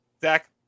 Zach